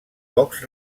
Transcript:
pocs